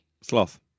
Sloth